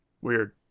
Weird